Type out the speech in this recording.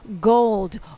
gold